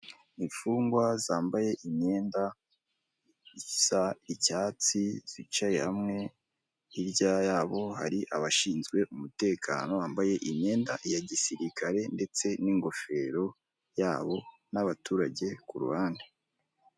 Imfungwa zambaye imyenda isa icyatsi zicaye hamwe. Hirya yabo hari abashinzwe umutekano bambaye imyenda ya gisirikare ndetse n'ingofero yabo, n'abaturage ku ruhande.